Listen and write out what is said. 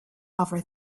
other